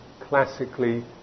classically